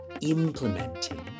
implementing